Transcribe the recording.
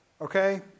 okay